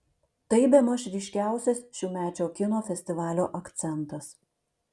tai bemaž ryškiausias šiųmečio kino festivalio akcentas